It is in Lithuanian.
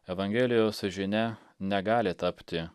evangelijos žinia negali tapti